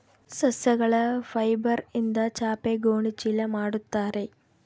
ಸಸ್ಯಗಳ ಫೈಬರ್ಯಿಂದ ಚಾಪೆ ಗೋಣಿ ಚೀಲ ಮಾಡುತ್ತಾರೆ